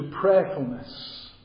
prayerfulness